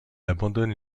abandonne